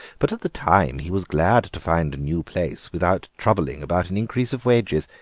but at the time he was glad to find a new place without troubling about an increase of wages.